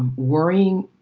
and worrying.